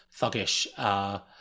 thuggish